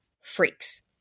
freaks